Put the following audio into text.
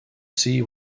see